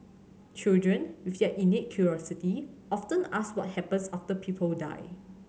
children with their innate curiosity often ask what happens after people die